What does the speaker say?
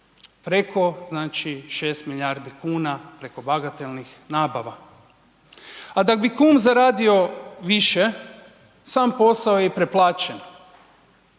preko 6 milijardi kuna, preko bagatelnih nabava. A da bi kum zaradio više sam posao je i preplaćen